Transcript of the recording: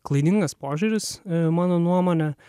klaidingas požiūris mano nuomone